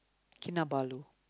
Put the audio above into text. Kinabalu